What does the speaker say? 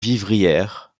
vivrières